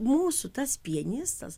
mūsų tas pianistas